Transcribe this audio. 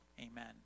Amen